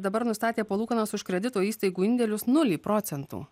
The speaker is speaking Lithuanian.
dabar nustatė palūkanas už kredito įstaigų indėlius nulį procentų